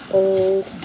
old